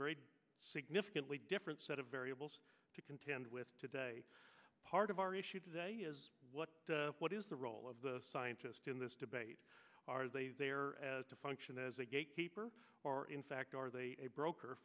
very significantly different set of variables to contend with today part of our issue today is what what is the role of the scientist in this debate are they there as a function as a gatekeeper or in fact are they a broker